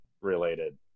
related